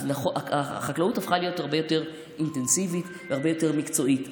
אז החקלאות הפכה להיות הרבה יותר אינטנסיבית והרבה יותר מקצועית.